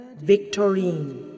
Victorine